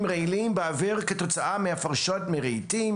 רעילים באוויר כתוצאה מהפרשות מרהיטים,